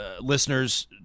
listeners